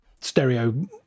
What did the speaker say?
stereo